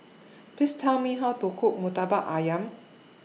Please Tell Me How to Cook Murtabak Ayam